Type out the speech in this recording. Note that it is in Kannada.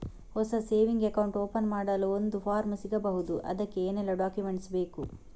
ಹೊಸ ಸೇವಿಂಗ್ ಅಕೌಂಟ್ ಓಪನ್ ಮಾಡಲು ಒಂದು ಫಾರ್ಮ್ ಸಿಗಬಹುದು? ಅದಕ್ಕೆ ಏನೆಲ್ಲಾ ಡಾಕ್ಯುಮೆಂಟ್ಸ್ ಬೇಕು?